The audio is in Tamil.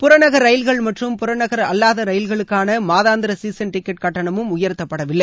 புறநகர் ரயில்கள் மற்றும் புறநகர் அல்லாத ரயில்களுக்கான மாதாந்திர சீசன் டிக்கெட் கட்டணமும் உயர்த்தப்படவில்லை